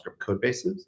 codebases